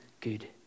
good